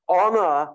honor